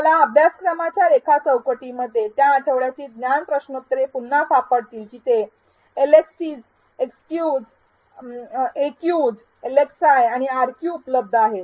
तुम्हाला अभ्यासक्रमाचा रेखा चौकटीमध्ये त्या आठवड्याची ज्ञान प्रश्नोत्तरे पुन्हा सापडतील जिथे लएक्सटीज एक्यूज एलएक्सआय आणि आरक्यू उपलब्ध आहेत